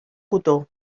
cotó